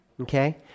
Okay